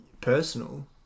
personal